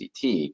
CT